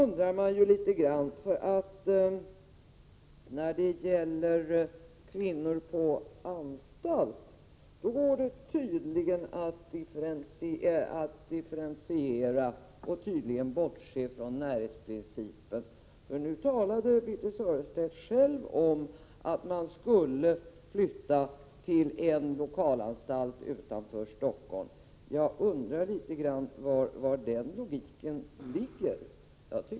När det gäller kvinnor på anstalt går det tydligen att differentiera och bortse från närhetsprincipen. Nu talade Birthe Sörestedt själv om att det skall göras en flyttning till en lokalanstalt utanför Stockholm. Jag undrar litet vari logiken ligger.